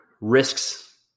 risks